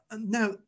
Now